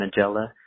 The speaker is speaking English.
Magella